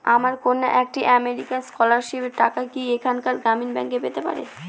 আমার কন্যা একটি আমেরিকান স্কলারশিপের টাকা কি এখানকার গ্রামীণ ব্যাংকে পেতে পারে?